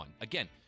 Again